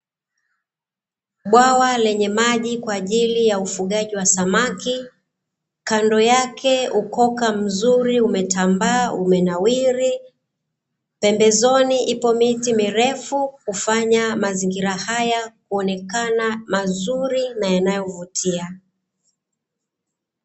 Bwawa lenye maji kwa ajili ya ufugaji wa samaki, kando yake ukoka mzuri umetambaa umenawiri, pembezoni ipo miti mirefu hufanya mazingira haya kuonekana mazuri na yanayovutia.